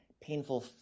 painful